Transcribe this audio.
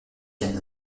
week